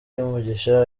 y’umugisha